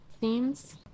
themes